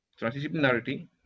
transdisciplinarity